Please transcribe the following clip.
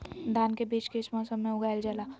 धान के बीज किस मौसम में उगाईल जाला?